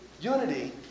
unity